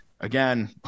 again